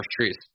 trees